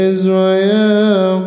Israel